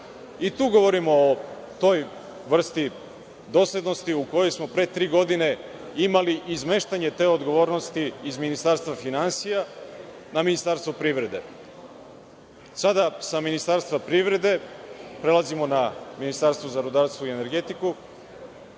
Tu govorimo o toj vrsti doslednosti u kojoj smo pre tri godine imali izmeštanje te odgovornosti iz Ministarstva finansija na Ministarstvo privrede. Sada sa Ministarstva privrede prelazimo na Ministarstvo za rudarstvo i energetiku